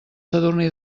sadurní